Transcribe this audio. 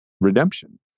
redemption